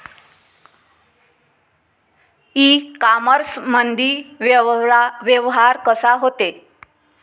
इ कामर्समंदी व्यवहार कसा होते?